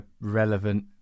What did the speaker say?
relevant